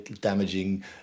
damaging